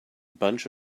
bunch